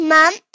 Mom